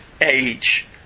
age